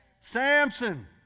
Samson